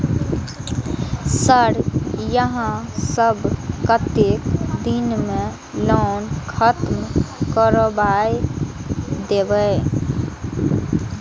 Sir यहाँ सब कतेक दिन में लोन खत्म करबाए देबे?